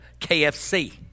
KFC